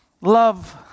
Love